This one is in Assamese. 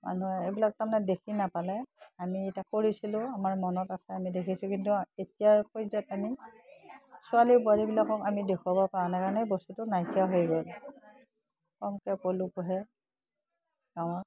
মানুহে এইবিলাক তাৰমানে দেখি নাপালে আমি এতিয়া কৰিছিলোঁ আমাৰ মনত আছে আমি দেখিছোঁ কিন্তু এতিয়াৰ পৰ্যায়ত আমি ছোৱালী বোৱোৰীবিলাকক আমি দেখুৱাব পৰা নাই কাৰণ এই বস্তুটো নাইকিয়া হৈ গ'ল কমকৈ পলু পোহে গাঁৱত